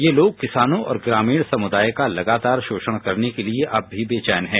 ये लोग किसानों और ग्रामीण समुदाय का लगातार शोषण करने के लिए अब भी बेचौन हैं